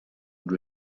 and